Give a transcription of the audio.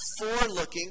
forelooking